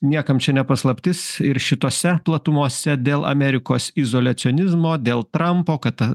niekam čia ne paslaptis ir šitose platumose dėl amerikos izoliacionizmo dėl trampo kad ta